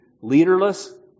leaderless